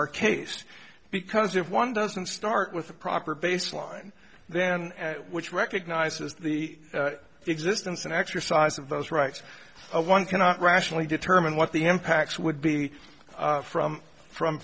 our case because if one doesn't start with the proper baseline then which recognizes the existence and exercise of those rights one cannot rationally determine what the impacts would be from from